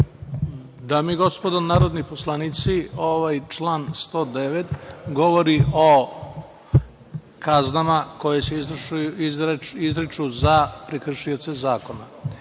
Dame i gospodo narodni poslanici, ovaj član 109. govori o kaznama koje se izriču za prekršioce zakona